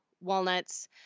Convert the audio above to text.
walnuts